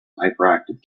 hyperactive